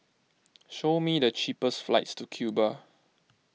show me the cheapest flights to Cuba